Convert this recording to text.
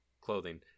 clothing